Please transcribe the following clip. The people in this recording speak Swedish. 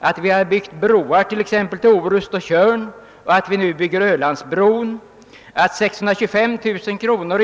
att vi har byggt broar till t.ex. Orust och Tjörn och att vi nu bygger Ölandsbron, att 625 000 kr.